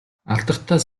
алдартай